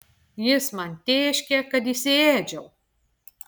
jis man tėškė kad įsiėdžiau